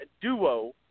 duo